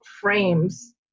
frames